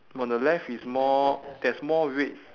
on the left is more there's more red